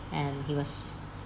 and he was